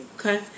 Okay